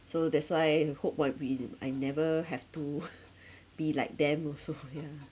so that's why hope what we I never have to be like them also yeah